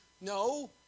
no